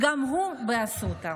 גם הוא באסותא.